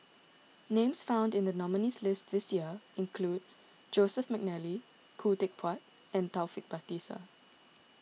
names found in the nominees' list this year include Joseph McNally Khoo Teck Puat and Taufik Batisah